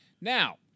Now